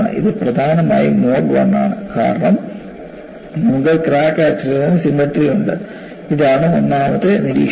ഇത് പ്രധാനമായും മോഡ് 1 ആണ് കാരണം നമുക്ക് ക്രാക്ക് ആക്സിസ്സിനു സിമട്രി ഉണ്ട് ഇതാണ് ഒന്നാമത്തെ നിരീക്ഷണം